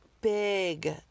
big